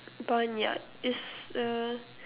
barnyard is uh